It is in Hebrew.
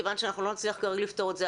כיוון שלא נצליח כרגע לפתור את זה,